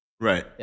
Right